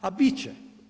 A bit će.